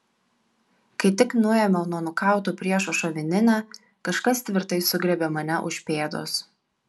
kai tik nuėmiau nuo nukauto priešo šovininę kažkas tvirtai sugriebė mane už pėdos